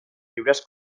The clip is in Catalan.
fibres